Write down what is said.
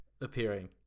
appearing